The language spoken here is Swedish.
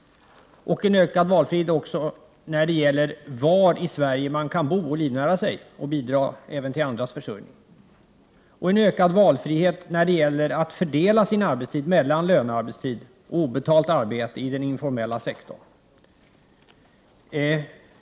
Det leder också till en ökad valfrihet när det gäller var i Sverige man kan bo, livnära sig och bidra till andras försörjning och en ökad valfrihet när det gäller att fördela sin arbetstid mellan lönearbetstid och obetalt arbete i den informella sektorn.